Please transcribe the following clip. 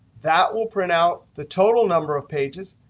that will print out the total number of pages.